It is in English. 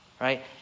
right